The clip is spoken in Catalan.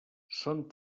són